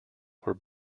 were